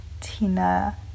Tina